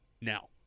Now